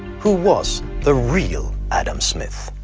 who was the real adam smith?